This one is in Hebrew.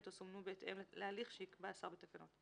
או סומנו בהתאם להליך שיקבע השר בתקנות.